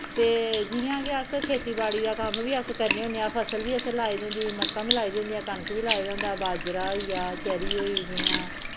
ते जि'यां कि अस खेती बाड़ी दा कम्म बी अस करने होन्ने फसल बी असें लाए दी होंदी मक्कां बी लाए दियां होंदियां कनक बी लाए दी होंदी बाजरा होई गेआ चरी होई जि'यां